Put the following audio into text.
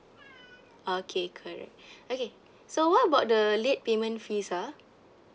okay correct okay so what about the late payment fees ah